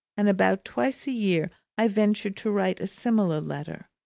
and about twice a year i ventured to write a similar letter.